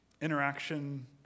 Interaction